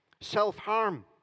self-harm